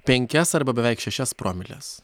penkias arba beveik šešias promiles